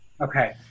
okay